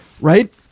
right